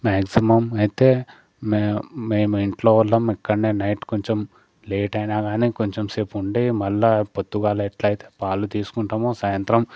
maximum అయితే మేం మేం ఇంట్లో వాళ్ళం ఇక్కడ్నే నైట్ కొంచం లేట్ అయినా గానీ కొంచం సేపు ఉండి మళ్ళా పొద్దుగాలే ఎట్లయితే పాలు తీసుకుంటామో సాయంత్రం